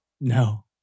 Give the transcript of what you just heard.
no